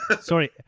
Sorry